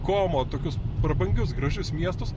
komo tokius prabangius gražius miestus